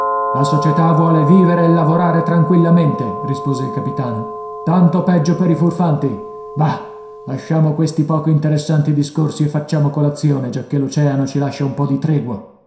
la società vuole vivere e lavorare tranquillamente rispose il capitano tanto peggio per i furfanti bah lasciamo questi poco interessanti discorsi e facciamo colazione giacché l'oceano ci lascia un po di tregua